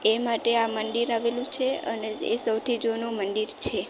એ માટે આ મંદિર આવેલું છે અને એ સૌથી જૂનું મંદિર છે